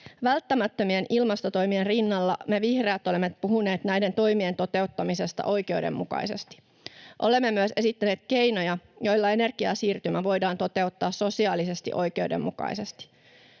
Välttämättömien ilmastotoimien rinnalla me vihreät olemme puhuneet näiden toimien toteuttamisesta oikeudenmukaisesti. Olemme myös esittäneet keinoja, joilla energiasiirtymä voidaan toteuttaa sosiaalisesti oikeudenmukaisesti.